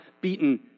beaten